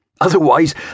Otherwise